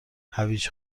هویج